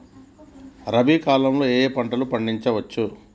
రబీ కాలంలో ఏ ఏ పంట పండించచ్చు?